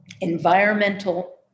environmental